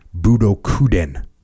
budokuden